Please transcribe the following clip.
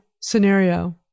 scenario